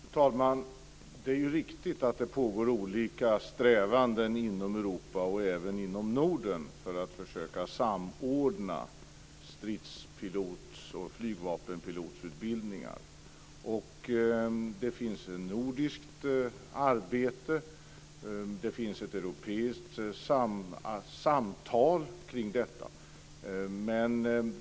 Fru talman! Det är riktigt att det pågår olika strävanden inom Europa och även inom Norden för att försöka att samordna stridspilots och flygvapenpilotsutbildningar. Det finns ett nordiskt arbete och det pågår ett europeiskt samtal kring detta.